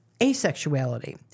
asexuality